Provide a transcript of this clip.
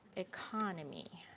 economy.